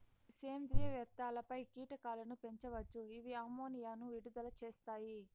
సేంద్రీయ వ్యర్థాలపై కీటకాలను పెంచవచ్చు, ఇవి అమ్మోనియాను విడుదల చేస్తాయి